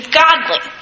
godly